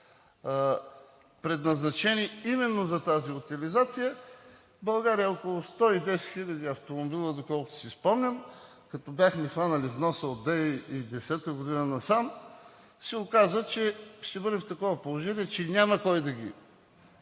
предназначени именно за тази утилизация, в България са около 110 хиляди автомобила. Доколкото си спомням, като бяхме хванали вноса от 2010 г. насам, се оказа, че ще бъдем в такова положение, че няма кой да плати